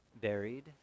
buried